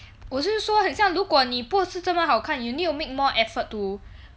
我是说很像如果你不是这么好看 you need to make more effort to